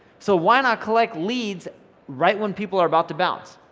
so why not collect leads right when people are about to bounce.